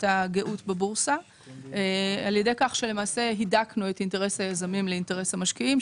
הגאות בבורסה על ידי כך שהידקנו את אינטרס היזמים לאינטרס המשקיעים,